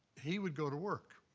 he would go to work.